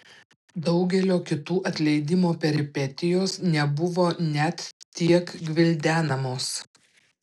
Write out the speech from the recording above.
daugelio kitų atleidimo peripetijos nebuvo net tiek gvildenamos